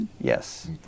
yes